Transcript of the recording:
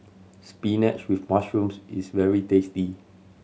spinach with mushrooms is very tasty